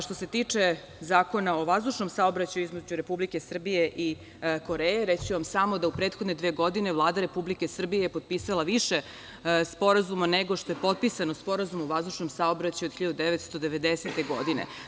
Što se tiče Zakona o vazdušnom saobraćaju između Republike Srbije i Koreje, reći ću vam samo da u prethodne dve godine Vlada Republike Srbije je potpisala više sporazuma nego što je potpisano sporazuma o vazdušnom saobraćaju od 1990. godine.